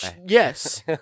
Yes